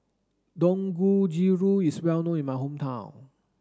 Dangojiru is well known in my hometown